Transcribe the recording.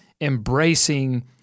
embracing